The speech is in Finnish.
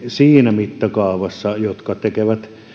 siinä mittakaavassa ei näyttelijöillä jotka tekevät